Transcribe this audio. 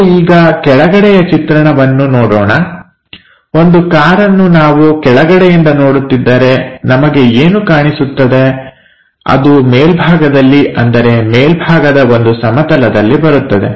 ನಾವು ಈಗ ಕೆಳಗಡೆಯ ಚಿತ್ರಣವನ್ನು ನೋಡೋಣ ಒಂದು ಕಾರನ್ನು ನಾವು ಕೆಳಗಡೆಯಿಂದ ನೋಡುತ್ತಿದ್ದರೆ ನಮಗೆ ಏನು ಕಾಣಿಸುತ್ತದೆ ಅದು ಮೇಲ್ಭಾಗದಲ್ಲಿ ಅಂದರೆ ಮೇಲ್ಬಾಗದ ಒಂದು ಸಮತಲದಲ್ಲಿ ಬರುತ್ತದೆ